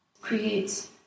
creates